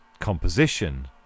composition